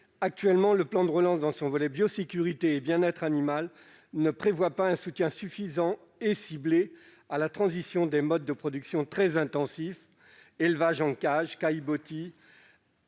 actuellement, le plan de relance, dans son volet biosécurité et bien-être animal en élevage, ne prévoit pas un soutien suffisant et ciblé à la transition des modes de production très intensifs- élevage en cage, sur caillebotis